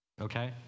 Okay